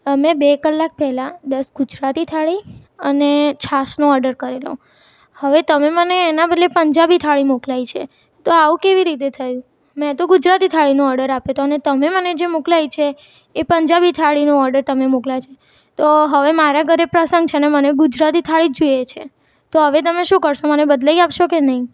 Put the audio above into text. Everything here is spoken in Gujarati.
મેં બે કલાક પહેલા દસ ગુજરાતી થાળી અને છાશનો ઑર્ડર કરેલો હવે તમે મને એના બદલે પંજાબી થાળી મોકલાવી છે તો આવું કેવી રીતે થયું મેં તો ગુજરાતી થાળીનો ઑર્ડર આપ્યો હતો અને તમે મને જે મોકલાવી છે એ પંજાબી થાળીનો ઑર્ડર તમે મોકલાવ્યો છે તો હવે મારા ઘરે પ્રસંગ છે અને મને ગુજરાતી થાળી જ જોઈએ છે તો હવે તમે શું કરશો મને બદલાવી આપશો કે નહીં